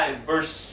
verse